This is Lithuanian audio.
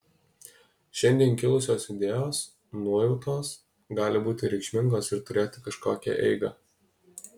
šiandien kilusios idėjos nuojautos gali būti reikšmingos ir turėti kažkokią eigą